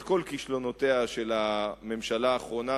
את כל כישלונותיה של הממשלה האחרונה,